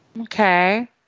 Okay